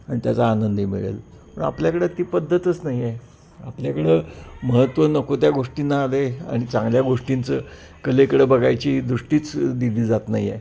आणि त्याचा आनंदही मिळेल पण आपल्याकडं ती पद्धतच नाही आहे आपल्याकडं महत्त्व नको त्या गोष्टींना आलं आहे आणि चांगल्या गोष्टींचं कलेकडं बघायची दृष्टीच दिली जात नाही आहे